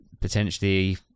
potentially